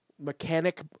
Mechanic